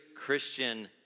Christian